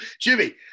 Jimmy